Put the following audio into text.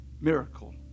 miracle